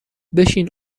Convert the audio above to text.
بشین